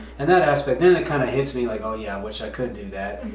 and that aspect, then it kind of hits me, like, oh yeah i wish i could do that.